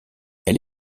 elle